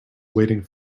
waiting